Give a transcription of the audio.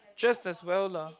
just as well lah